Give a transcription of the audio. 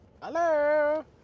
Hello